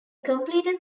completed